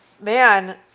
man